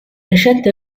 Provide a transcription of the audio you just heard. recente